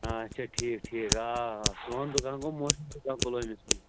اَچھا ٹھیٖک ٹھیٖک آ آ سون دُکان گوٚو مشہوٗر دُکان پُلوٲمِس مَنٛز